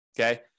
okay